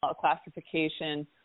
classification